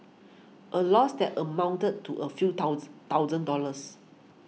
a loss that amounted to a few thousand dollars